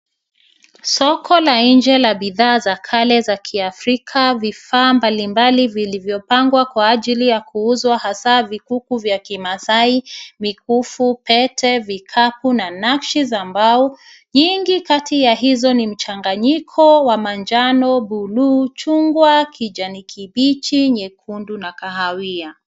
Soko la nje la bidhaa za kale za kiafrika vifaa mbalimbali vilivyopangwa kwa ajili ya kuuzwa hasa vikuku vya kimaasai, mikufu, pete, vikapu na nakshi za mbao. Nyingi kati ya hizo ni mchanganyiko wa manjano, buluu, chungwa, kijani kibichi, nyekundu na kahawia.